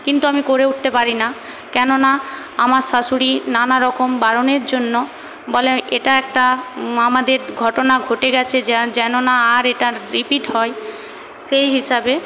কিন্তু আমি করে উঠতে পারি না কেনোনা আমার শাশুড়ি নানারকম বারণের জন্য বলে এটা একটা আমাদের ঘটনা ঘটে গেছে যে যেন না আর এটা রিপিট হয় সেই হিসাবে